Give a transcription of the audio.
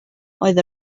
oedd